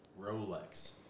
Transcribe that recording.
Rolex